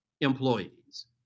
employees